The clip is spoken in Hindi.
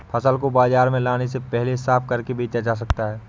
फसल को बाजार में लाने से पहले साफ करके बेचा जा सकता है?